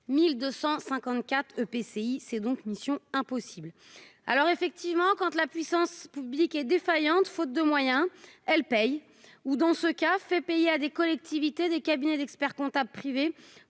1254 EPCI c'est donc mission impossible. Alors effectivement quand tu la puissance publique est défaillante, faute de moyens. Elle paye ou dans ce qu'a fait payer à des collectivités, des cabinets d'experts comptables privé